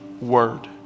word